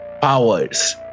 powers